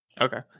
okay